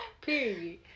period